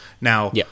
Now